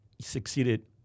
succeeded